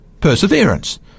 perseverance